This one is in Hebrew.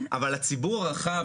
אבל הציבור הרחב,